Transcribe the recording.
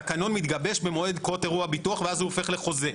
תקנון מתגבש במועד קרות אירוע ביטוח ואז הוא הופך לחוזה.